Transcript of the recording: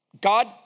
God